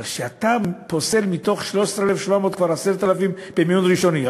אבל כשאתה פוסל 10,000 מתוך 13,700 כבר במיון ראשוני,